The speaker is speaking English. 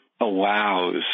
allows